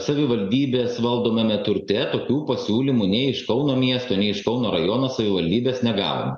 savivaldybės valdomame turte tokių pasiūlymų nei iš kauno miesto nei iš kauno rajono savivaldybės negavom